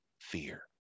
fear